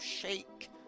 shake